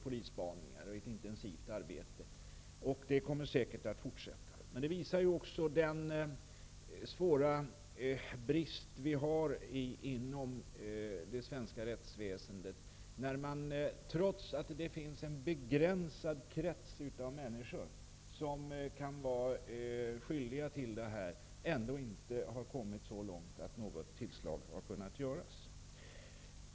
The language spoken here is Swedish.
Det har skett ett intensivt arbete, och det kommer säkert att fortsätta. Men detta visar också brister inom det svenska rättsväsendet. Trots att det är fråga om en begränsad krets av våldsmän som kan vara skyldiga till brottet har man ändå inte kommit så långt att något tillslag har kunnat göras.